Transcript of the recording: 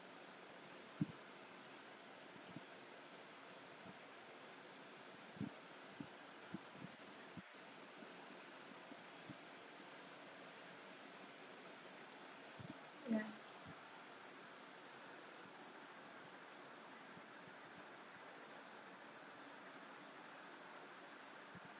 ya